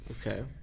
Okay